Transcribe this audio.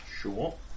Sure